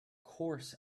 course